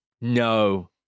no